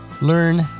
learn